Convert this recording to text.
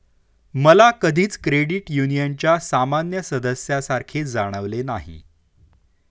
मला कधीच क्रेडिट युनियनच्या सामान्य सदस्यासारखे जाणवले नाही